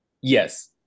Yes